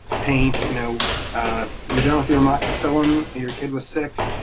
paint. you know you're done with your amoxicillin, your kid was sick,